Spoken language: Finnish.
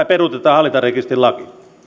peruutetaan hallintarekisterilaki